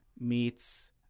meets